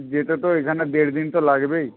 যেতে তো এখানে দেড় দিন তো লাগবেই